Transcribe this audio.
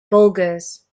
bulgars